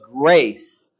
grace